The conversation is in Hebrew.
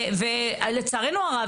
לצערנו הרב,